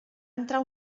entrar